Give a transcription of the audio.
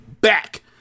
back